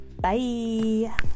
bye